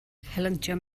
helyntion